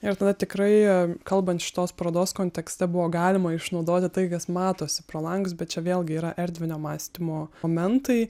ir tada tikrai kalbant šitos parodos kontekste buvo galima išnaudoti tai kas matosi pro langus bet čia vėlgi yra erdvinio mąstymo momentai